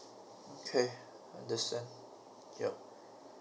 okay understand yup